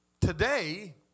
today